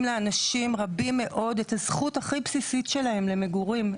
לאנשים את הזכות הכי בסיסית שלהם למגורים,